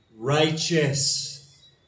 Righteous